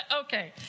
okay